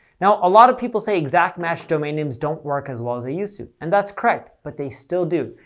now a lot of people say exact-match domain names don't work as well as they used to, and that's correct, but they still do.